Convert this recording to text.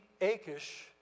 Achish